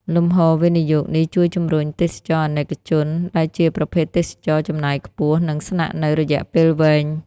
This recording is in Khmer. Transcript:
លំហូរវិនិយោគនេះជួយជំរុញ "ទេសចរណ៍អនិកជន" ដែលជាប្រភេទទេសចរណ៍ចំណាយខ្ពស់ និងស្នាក់នៅរយៈពេលវែង។